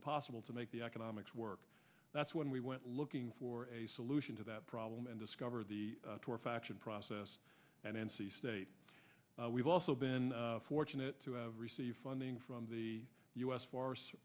impossible to make the economics work that's when we went looking for a solution to that problem and discovered the tor faction process and n c state we've also been fortunate to have received funding from the u s force